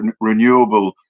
renewable